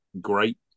great